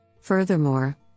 Furthermore